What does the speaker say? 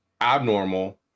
abnormal